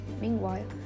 Meanwhile